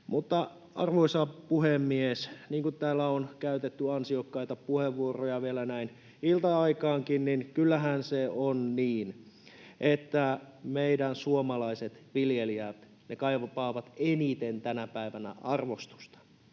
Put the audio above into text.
Arvoisa puhemies! Niin kuin täällä on käytetty ansiokkaita puheenvuoroja vielä näin ilta-aikaankin, kyllähän se on niin, että meidän suomalaiset viljelijät kaipaavat eniten tänä päivänä arvostusta,